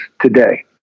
today